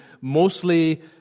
Mostly